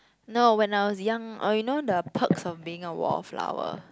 no when I was young oh you know the Perks of Being a Wallflower